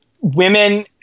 women